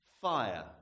Fire